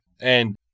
And-